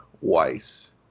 Weiss